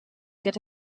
get